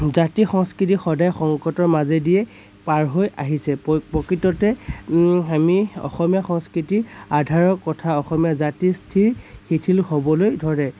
জাতি সংস্কৃতি সদায় সংকটৰ মাজেদিয়ে পাৰ হৈ আহিছে প প্ৰকৃততে আমি অসমীয়া সংস্কৃতিৰ আধাৰৰ কথা অসমীয়া জাতিৰ স্থিৰ শিথিল হ'বলৈ ধৰে